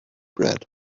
bread